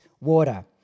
water